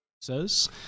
Says